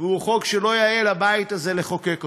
והוא חוק שלא יאה לבית הזה לחוקק אותו.